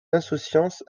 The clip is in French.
insouciance